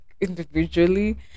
individually